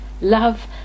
love